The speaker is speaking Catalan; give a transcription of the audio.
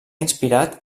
inspirat